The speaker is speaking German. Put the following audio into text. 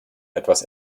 etwas